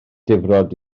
difrod